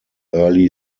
early